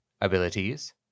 Abilities